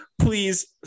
please